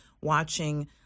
watching